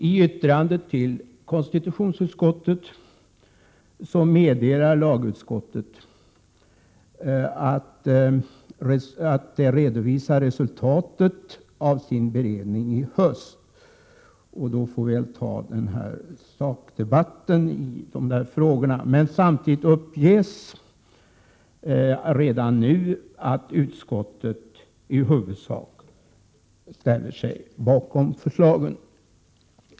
I yttrandet till konstitutionsutskottet meddelar lagutskottet att utskottet kommer att redovisa resultatet av sin beredning i höst. Då får vi ta sakdebatten i dessa frågor. Samtidigt uppges redan nu att utskottet i huvudsak ställer sig bakom förslagen.